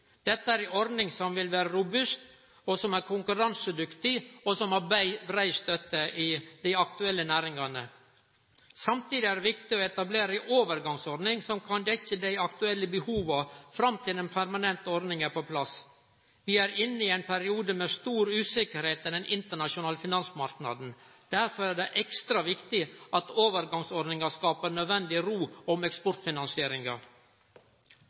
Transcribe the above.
Dette er ei ordning som vil vere robust, som er konkurransedyktig, og som har brei støtte i dei aktuelle næringane. Samtidig er det viktig å etablere ei overgangsordning som kan dekkje dei aktuelle behova fram til ei permanent ordning er på plass. Vi er inne i ein periode med stor usikkerheit på den internasjonale finansmarknaden. Derfor er det ekstra viktig at overgangsordninga skaper nødvendig ro om eksportfinansieringa.